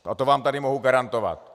To vám tady mohu garantovat.